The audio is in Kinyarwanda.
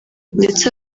ndetse